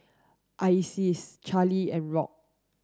Isis Charlie and Rock